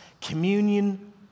communion